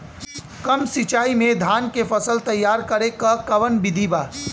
कम सिचाई में धान के फसल तैयार करे क कवन बिधि बा?